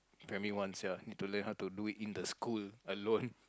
in primary one sia had to learn how to do it in the school alone